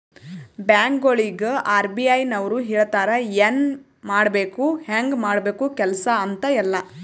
ಬ್ಯಾಂಕ್ಗೊಳಿಗ್ ಆರ್.ಬಿ.ಐ ನವ್ರು ಹೇಳ್ತಾರ ಎನ್ ಮಾಡ್ಬೇಕು ಹ್ಯಾಂಗ್ ಮಾಡ್ಬೇಕು ಕೆಲ್ಸಾ ಅಂತ್ ಎಲ್ಲಾ